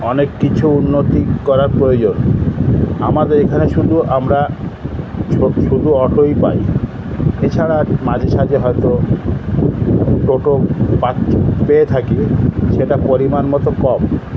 অনেক কিছু উন্নতি করা প্রয়োজন আমাদের এখানে শুধু আমরা ছোটো অটোই পাই এছাড়া মাঝে সাজে হয়তো টোটো পা পেয়ে থাকি সেটা পরিমাণ মতো কম